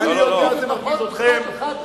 תגיד לפחות משפט אמת אחד,